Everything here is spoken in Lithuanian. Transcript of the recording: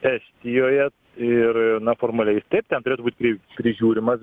estijoje ir na formaliai taip ten turėtų būti pri prižiūrima